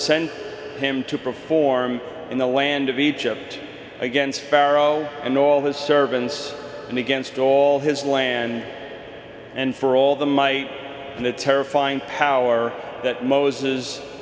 sent him to perform in the land of egypt against pharaoh and all his servants and against all his land and for all the my and the terrifying power that moses